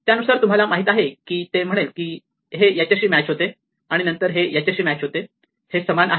त्यानुसार तुम्हाला माहित आहे की ते म्हणेल की हे याच्याशी मॅच होते आणि नंतर हे याच्याशी मॅच होते हे समान आहेत